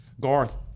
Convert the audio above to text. Garth